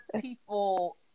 people